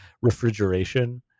refrigeration